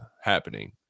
happening